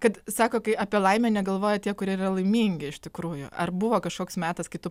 kad sako kai apie laimę negalvoja tie kurie yra laimingi iš tikrųjų ar buvo kažkoks metas kai tu